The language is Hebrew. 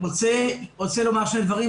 רוצה לומר שני דברים.